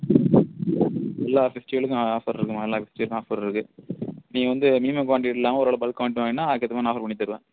எல்லா ஃபெஸ்டிவலுக்கும் ஆஃபர் இருக்குமா எல்லா ஃபெஸ்டிவலுக்கு ஆஃபர் இருக்குது நீங்கள் வந்து மினிமம் குவான்டிட்டி இல்லாமல் ஓரளவுக்கு பல்க் குவான்டிட்டி வாங்கினா அதுக்கேற்றமாரி நான் ஆஃபர் பண்ணித்தருவேன்